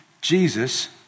Jesus